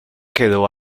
quedó